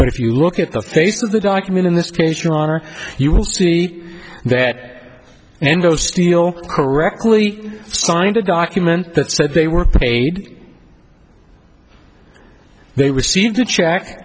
but if you look at the face of the document in this case your honor you will see that and go steal correctly signed a document that said they were paid they received a check